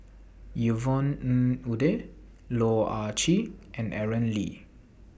Yvonne Ng Uhde Loh Ah Chee and Aaron Lee